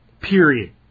Period